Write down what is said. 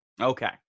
Okay